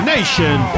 Nation